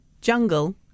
Jungle